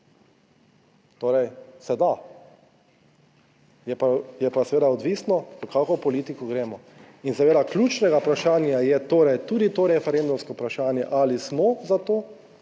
torej, se da, je pa seveda odvisno v kakšno politiko gremo in seveda ključnega vprašanja je torej tudi to referendumsko vprašanje, ali smo za to,